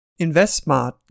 InvestSmart